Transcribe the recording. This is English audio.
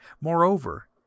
Moreover